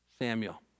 Samuel